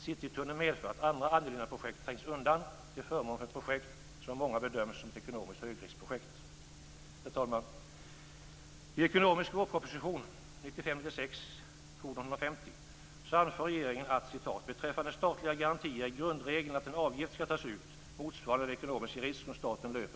Citytunneln medför att andra angelägna projekt trängs undan till förmån för ett projekt som av många bedöms som ett ekonomiskt högriskprojekt. Herr talman! I den ekonomiska vårpropositionen 1995/96:150 anför regeringen att "beträffande statliga garantier är grundregeln att en avgift skall tas ut motsvarande den ekonomiska risk som staten löper".